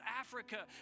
Africa